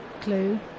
clue